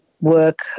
work